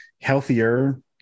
healthier